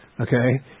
Okay